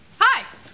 hi